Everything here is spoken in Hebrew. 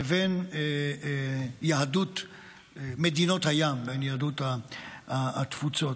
לבין יהדות מדינות הים, יהדות התפוצות.